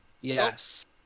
Yes